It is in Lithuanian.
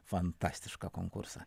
fantastišką konkursą